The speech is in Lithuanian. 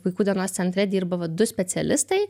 vaikų dienos centre dirba va du specialistai